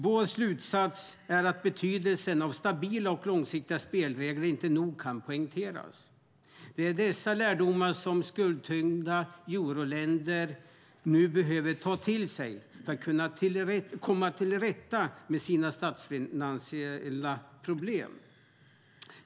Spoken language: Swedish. Vår slutsats är att betydelsen av stabila och långsiktiga spelregler inte nog kan poängteras. Det är dessa lärdomar som skuldtyngda euroländer behöver ta till sig för att komma till rätta med sina statsfinansiella problem.